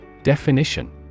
Definition